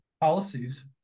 policies